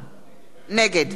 נגד ציון פיניאן,